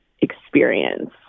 experience